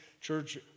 church